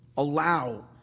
Allow